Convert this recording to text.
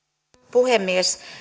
puhemies